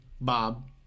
Bob